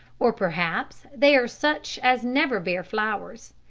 or perhaps they are such as never bear flowers.